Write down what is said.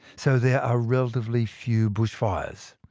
so there are relatively few bushfires.